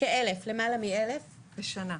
למעלה מאלף בשנה.